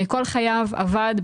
כל חייו עבד,